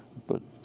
but